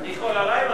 אני כל הלילה,